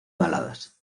baladas